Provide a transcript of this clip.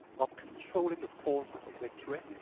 of controlling the forces of victory,